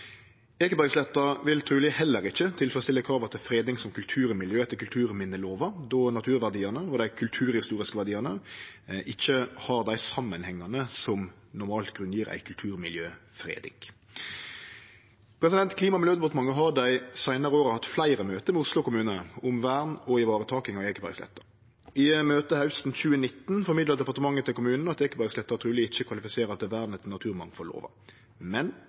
Ekebergsletta vil truleg heller ikkje tilfredsstille krava til freding som kulturmiljø etter kulturminnelova då naturverdiane og dei kulturhistoriske verdiane ikkje har dei samanhengane som normalt grunngjev ei kulturmiljøfreding. Klima- og miljødepartementet har dei seinare åra hatt fleire møte med Oslo kommune om vern og varetaking av Ekebergsletta. I møte hausten 2019 formidla departementet til kommunen at Ekebergsletta truleg ikkje kvalifiserer til vern etter naturmangfaldlova, men